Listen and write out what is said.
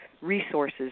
resources